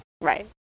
right